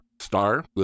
star